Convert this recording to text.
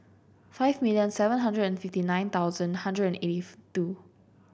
five million seven hundred and fifty nine thousand hundred and eighty two